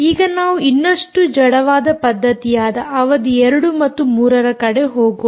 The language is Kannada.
ಈಗ ನಾವು ಇನ್ನಷ್ಟು ಜಡವಾದ ಪದ್ದತಿಯಾದ ಅವಧಿ 2 ಮತ್ತು 3ರ ಕಡೆ ಹೋಗೋಣ